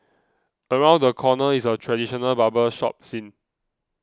around the corner is a traditional barber shop scene